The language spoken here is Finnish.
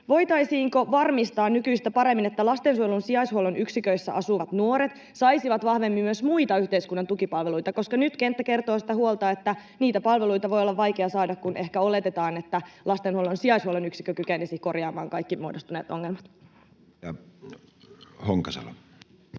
voitaisiinko varmistaa nykyistä paremmin, että lastensuojelun sijaishuollon yksiköissä asuvat nuoret saisivat vahvemmin myös muita yhteiskunnan tukipalveluita? Nyt kenttä kertoo sitä huolta, että niitä palveluita voi olla vaikea saada, kun ehkä oletetaan, että lastenhuollon sijaishuollon yksikkö kykenisi korjaamaan kaikki muodostuneet ongelmat. Edustaja